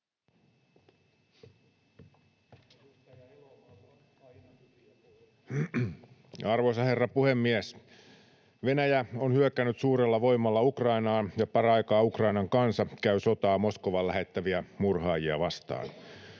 Arvoisa herra puhemies! Venäjä on hyökännyt suurella voimalla Ukrainaan ja paraikaa Ukrainan kansa käy sotaa Moskovan lähettämiä murhaajia vastaan.